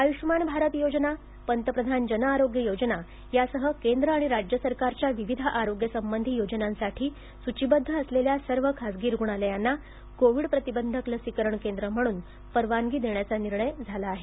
आय्षमान भारत योजना पंतप्रधान जन आरोग्य योजना यासह केंद्र आणि राज्य सरकारच्या विविध आरोग्य संबंधी योजनांसाठी सूचीबद्ध असलेल्या सर्व खाजगी रुग्णालयांना कोविड प्रतिबंधक लसीकरण केंद्र म्हणून परवानगी देण्याचा निर्णय झाला आहे